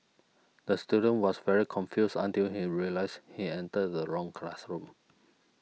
the student was very confused until he realised he entered the wrong classroom